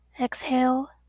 Exhale